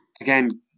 again